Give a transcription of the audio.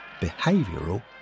behavioural